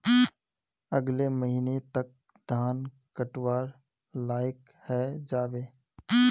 अगले महीने तक धान कटवार लायक हई जा बे